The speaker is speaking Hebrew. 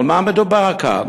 על מה מדובר כאן?